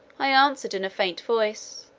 i answered in a faint voice,